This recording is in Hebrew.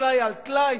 טלאי על טלאי,